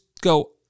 go